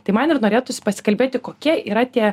tai man ir norėtųsi pasikalbėti kokie yra tie